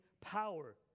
power